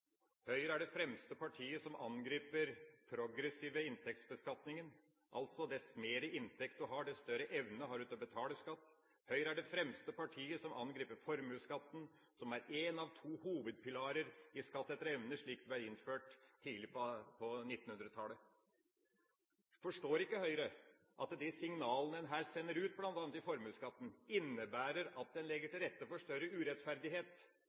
Høyre er det fremste partiet til å angripe den progressive inntektsbeskatningen – det at dess mer inntekt du har, dess større evne har du til å betale skatt. Høyre er det fremste partiet til å angripe formuesskatten, som er en av to hovedpilarer i skatt etter evne-prinsippet slik det ble innført tidlig på 1900-tallet. Forstår ikke Høyre at de signalene en sender ut bl.a. når det gjelder i formuesskatten, innebærer at en legger til rette for større urettferdighet?